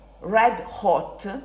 red-hot